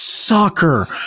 soccer